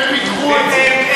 הם פיתחו את זה.